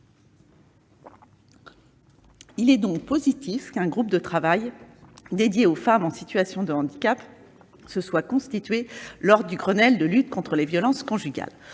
Il est donc positif qu'un groupe de travail consacré aux femmes en situation de handicap se soit constitué lors du Grenelle contre les violences conjugales.